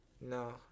No